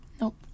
Nope